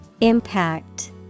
Impact